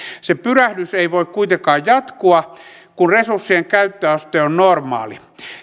se pyrähdys ei voi kuitenkaan jatkua kun resurssien käyttöaste on normaali